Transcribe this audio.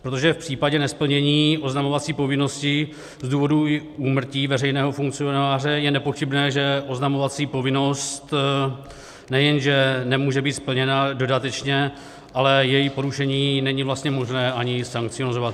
Protože v případě nesplnění oznamovací povinnosti z důvodu úmrtí veřejného funkcionáře je nepochybné, že oznamovací povinnost nejenže nemůže být splněna dodatečně, ale její porušení není vlastně možné ani sankcionovat.